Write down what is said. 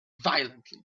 violently